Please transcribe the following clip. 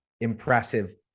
impressive